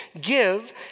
Give